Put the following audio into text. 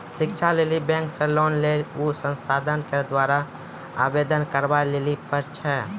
शिक्षा लेली बैंक से लोन लेली उ संस्थान के द्वारा आवेदन करबाबै लेली पर छै?